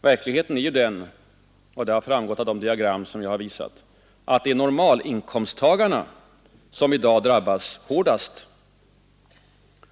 Verkligheten är ju den — och det har framgått av det diagram som jag visat — att det är normalinkomsttagarna som i dag drabbas hårdast.